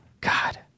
God